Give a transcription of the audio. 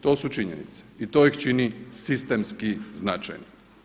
To su činjenice i to ih čini sistemski značajno.